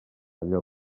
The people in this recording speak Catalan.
allò